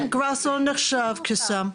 כן, גראס לא נחשב כסם.